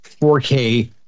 4K